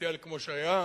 דיפרנציאלי כמו שהיה.